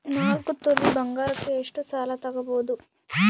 ನಾಲ್ಕು ತೊಲಿ ಬಂಗಾರಕ್ಕೆ ಎಷ್ಟು ಸಾಲ ತಗಬೋದು?